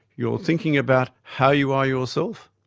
you're thinking about how you are yourself,